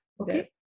Okay